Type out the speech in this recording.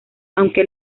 aunque